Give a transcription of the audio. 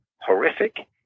horrific